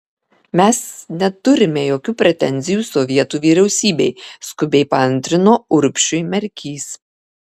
mes neturime jokių pretenzijų sovietų vyriausybei skubiai paantrino urbšiui merkys